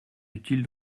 utile